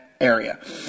area